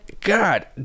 god